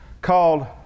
called